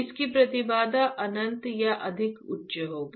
इसकी प्रतिबाधा अनंत या अत्यधिक उच्च होगी